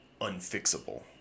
unfixable